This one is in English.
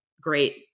great